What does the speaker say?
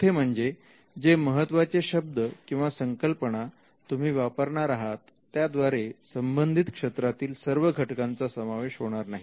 चौथे म्हणजे जे महत्वाचे शब्द किंवा संकल्पना तुम्ही वापरणार आहात त्याद्वारे संबंधित क्षेत्रातील सर्व घटकांचा समावेश होणार नाही